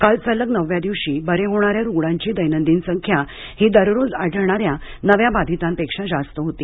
काल सलग नवव्या दिवशी बरे होणाऱ्या रुग्णांची दैनंदिन संख्या ही दररोज आढळणाऱ्या नव्या बाधितांपेक्षा जास्त होती